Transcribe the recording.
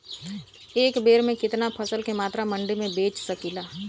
एक बेर में कितना फसल के मात्रा मंडी में बेच सकीला?